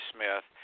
Smith